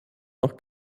auch